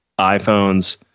iPhones